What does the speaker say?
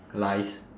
lies